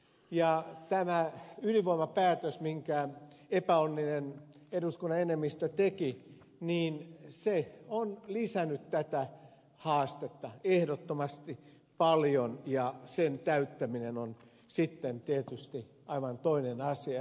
ja tämä ydinvoimapäätös minkä epäonninen eduskunnan enemmistö teki on lisännyt tätä haastetta ehdottomasti paljon ja sen täyttäminen on sitten tietysti aivan toinen asia